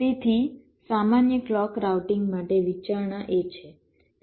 તેથી સામાન્ય clock routing માટે વિચારણા એ છે